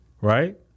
right